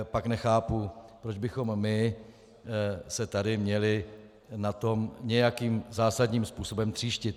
Pak nechápu, proč bychom se my tady měli na tom nějakým zásadním způsobem tříštit.